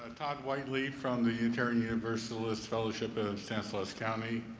todd whitely from the unitarian universalist fellowship in and stanislov county.